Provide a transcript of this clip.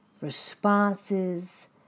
responses